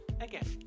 again